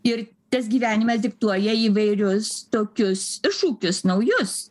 ir tas gyvenimas diktuoja įvairius tokius iššūkius naujus